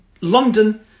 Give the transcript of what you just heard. London